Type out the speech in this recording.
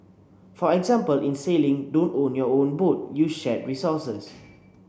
for example in sailing don't own your own boat use shared resources